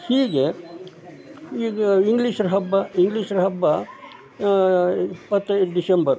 ಹೀಗೆ ಈಗ ಇಂಗ್ಲಿಷರ ಹಬ್ಬ ಇಂಗ್ಲಿಷರ ಹಬ್ಬ ಇಪ್ಪತ್ತೈದು ಡಿಸೆಂಬರ್